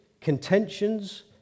contentions